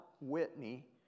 Whitney